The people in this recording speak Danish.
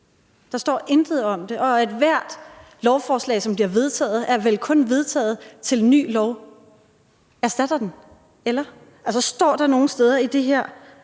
Der står intet om det. Og ethvert lovforslag, der bliver vedtaget, er vel kun gældende, til en ny lov erstatter det, eller? Står der nogen steder i det her,